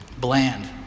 Bland